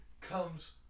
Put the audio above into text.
comes